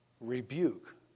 Rebuke